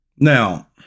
Now